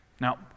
Now